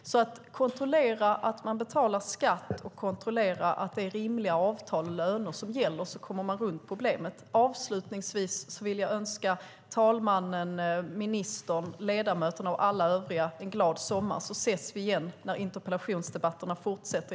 Genom att kontrollera att skatt betalas och att det är rimliga avtal och löner som gäller kommer man runt problemet. Avslutningsvis önskar jag talmannen, ministern, ledamöterna och alla övriga en glad sommar. Vi ses igen i augusti när interpellationsdebatterna fortsätter.